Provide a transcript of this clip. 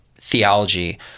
theology